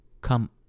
come